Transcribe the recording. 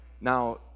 Now